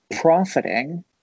profiting